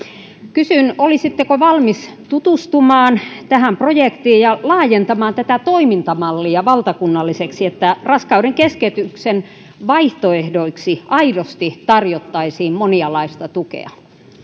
kysyn olisitteko valmis tutustumaan tähän projektiin ja laajentamaan tätä toimintamallia valtakunnalliseksi että raskauden keskeytyksen vaihtoehdoiksi aidosti tarjottaisiin monialaista tukea